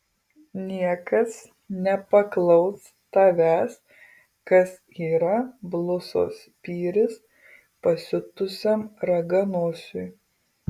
niekas nepaklaus tavęs kas yra blusos spyris pasiutusiam raganosiui